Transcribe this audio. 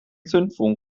zündfunken